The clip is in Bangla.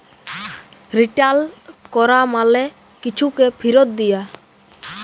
রিটার্ল ক্যরা মালে কিছুকে ফিরত দিয়া